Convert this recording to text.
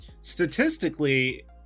Statistically